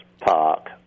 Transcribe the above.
park